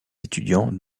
étudiants